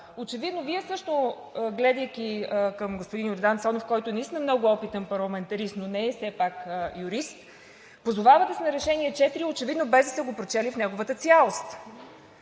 докладва, Вие също, гледайки към господин Йордан Цонев, който наистина е много опитен парламентарист, но все пак не е юрист. Позовавате се на Решение № 4 очевидно, без да сте го прочели в неговата цялост.